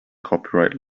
copyright